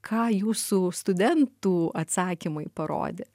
ką jūsų studentų atsakymai parodė